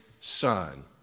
son